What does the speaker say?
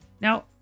Now